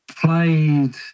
played